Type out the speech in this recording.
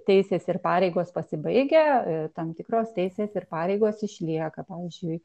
teisės ir pareigos pasibaigia tam tikros teisės ir pareigos išlieka pavyzdžiui